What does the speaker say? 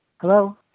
Hello